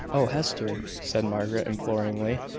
oh, hester! said margaret, imploringly,